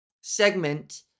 segment